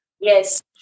Yes